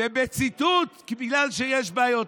ובציטוט, בגלל שיש בעיות.